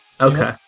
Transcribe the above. Okay